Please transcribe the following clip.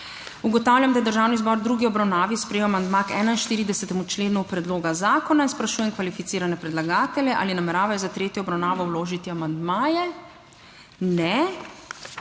Ugotavljam, da je Državni zbor v drugi obravnavi sprejel amandma k 41. členu predloga zakona. Sprašujem kvalificirane predlagatelje, ali nameravajo za tretjo obravnavo vložiti amandmaje? Ne.